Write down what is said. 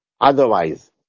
Otherwise